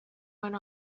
went